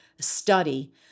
study